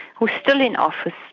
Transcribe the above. who is still in office,